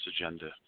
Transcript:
agenda